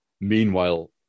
Meanwhile